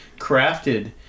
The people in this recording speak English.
crafted